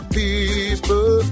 people